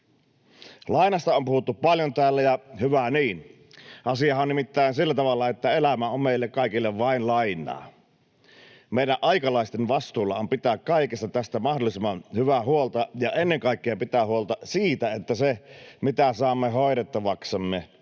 Lainasta on puhuttu paljon täällä, ja hyvä niin. Asiahan on nimittäin sillä tavalla, että elämä on meille kaikille vain lainaa. Meidän aikalaisten vastuulla on pitää kaikesta tästä mahdollisimman hyvää huolta ja ennen kaikkea pitää huolta siitä, että sen, minkä saamme hoidettavaksemme,